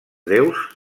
déus